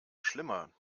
schlimmer